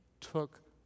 took